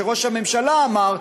שראש הממשלה אמר,